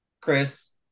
Chris